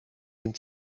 ihnen